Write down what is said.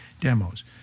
demos